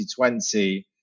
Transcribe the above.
2020